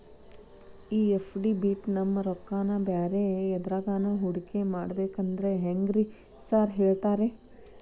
ಈ ಎಫ್.ಡಿ ಬಿಟ್ ನಮ್ ರೊಕ್ಕನಾ ಬ್ಯಾರೆ ಎದ್ರಾಗಾನ ಹೂಡಿಕೆ ಮಾಡಬೇಕಂದ್ರೆ ಹೆಂಗ್ರಿ ಸಾರ್ ಹೇಳ್ತೇರಾ?